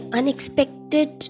unexpected